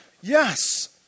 Yes